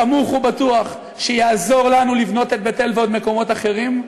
סמוך ובטוח שיעזור לנו לבנות את בית-אל ועוד מקומות אחרים,